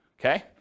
Okay